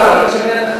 אבל, של מי המחקר?